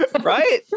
Right